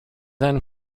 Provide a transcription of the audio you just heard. then